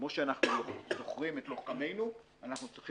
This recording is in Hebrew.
כפי שאנחנו זוכרים את לוחמינו חובתנו